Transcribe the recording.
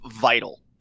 vital